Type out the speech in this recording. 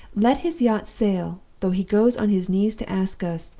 let his yacht sail, though he goes on his knees to ask us,